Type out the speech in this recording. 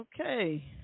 Okay